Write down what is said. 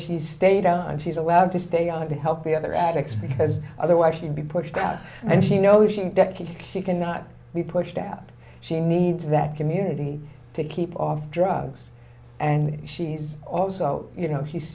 she's stayed on she's allowed to stay on it to help the other addicts because otherwise she would be pushed out and she know she deputy she can not be pushed out she needs that community to keep off drugs and she's also you know he's